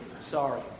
Sorry